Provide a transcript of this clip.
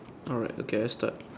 alright okay I start